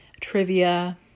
trivia